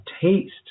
taste